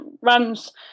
runs